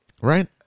Right